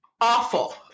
awful